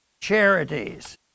charities